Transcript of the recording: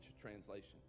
translation